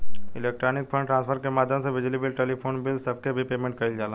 electronic fund transfer के माध्यम से बिजली बिल टेलीफोन बिल सब के भी पेमेंट कईल जाला